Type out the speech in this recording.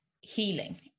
healing